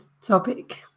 topic